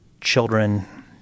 children